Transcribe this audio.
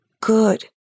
good